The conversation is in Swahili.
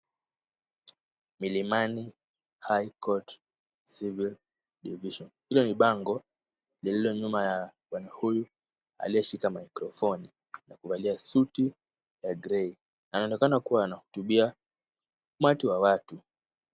Milimani High Court Civil Division . Hilo ni bango lililo nyuma ya bwana huyu aliyeshika microphoni na kuvalia suti ya grey . Anaonekeana kuwa anahutubia umati wa watu.